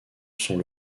sont